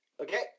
Okay